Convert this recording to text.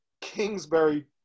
Kingsbury